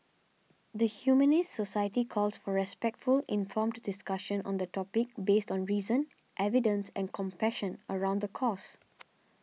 the Humanist Society calls for respectful informed discussion on the topic based on reason evidence and compassion around the cause